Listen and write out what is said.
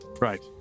right